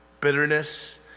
bitterness